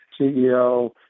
CEO